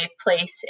place